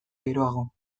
geroago